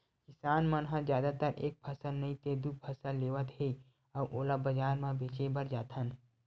किसान मन ह जादातर एक फसल नइ ते दू फसल लेवत हे अउ ओला बजार म बेचे बर जाथन